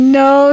no